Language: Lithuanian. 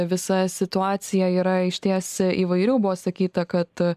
visa situacija yra išties įvairių buvo sakyta kad